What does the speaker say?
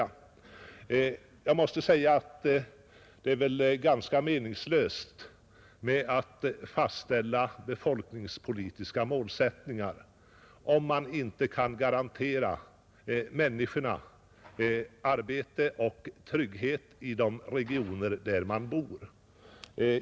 Enligt min mening är det ganska meningslöst att fastställa befolkningspolitiska målsättningar om man inte kan garantera människorna arbete och trygghet i de regioner där de bor.